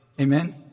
Amen